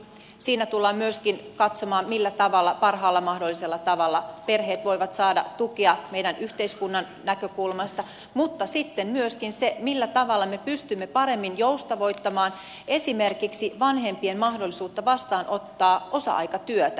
siinä tullaan myöskin katsomaan millä tavalla parhaalla mahdollisella tavalla perheet voivat saada tukea meidän yhteiskuntamme näkökulmasta mutta sitten myöskin se millä tavalla me pystymme paremmin joustavoittamaan esimerkiksi vanhempien mahdollisuutta vastaanottaa osa aikatyötä